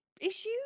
issues